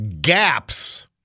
gaps